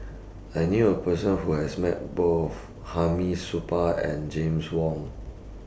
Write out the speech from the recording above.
I knew A Person Who has Met Both Hamid Supaat and James Wong